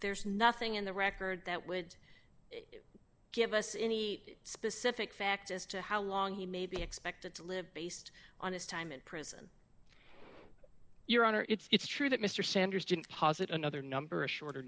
there's nothing in the record that would give us any specific facts as to how long he may be expected to live based on his time in prison your honor it's true that mr sanders didn't posit another number a shorter